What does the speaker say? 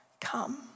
come